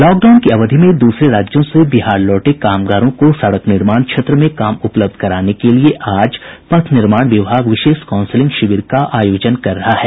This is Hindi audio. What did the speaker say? लॉकडाउन की अवधि में दूसरे राज्यों से बिहार लौटे कामगारों को सड़क निर्माण क्षेत्र में काम उपलब्ध कराने के लिए आज पथ निर्माण विभाग विशेष काउंसलिंग शिविर का आयोजन कर रहा है